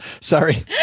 Sorry